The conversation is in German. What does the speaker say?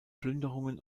plünderungen